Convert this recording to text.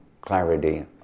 clarity